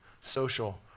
social